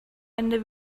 ende